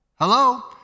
Hello